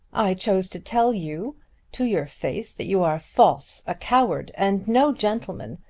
i chose to tell you to your face that you are false, a coward, and no gentleman,